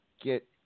get